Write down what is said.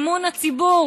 אמון הציבור